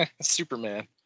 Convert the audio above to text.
Superman